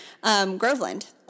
Groveland